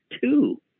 two